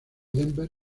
denver